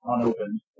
unopened